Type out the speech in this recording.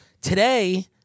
Today